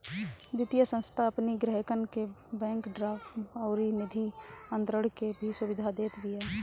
वित्तीय संस्थान अपनी ग्राहकन के बैंक ड्राफ्ट अउरी निधि अंतरण के भी सुविधा देत बिया